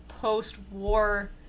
post-war